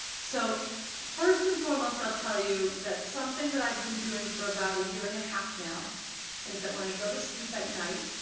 so first and foremost i'll tell you that something that i've been doing for about a year and a half now is that when i go to sleep at night